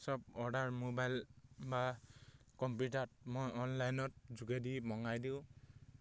চব order mobile বা কম্পিউটাৰত মই অনলাইনত যোগেদি মঙ্গাই দিওঁ